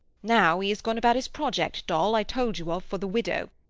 now he is gone about his project, dol, i told you of, for the widow.